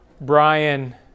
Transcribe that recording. Brian